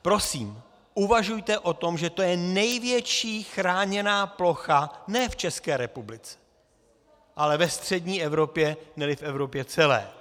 Prosím, uvažujte o tom, že to je největší chráněná plocha ne v České republice, ale ve střední Evropě, neli v Evropě celé.